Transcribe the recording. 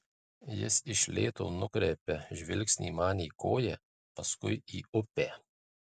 jis iš lėto nukreipia žvilgsnį man į koją paskui į upę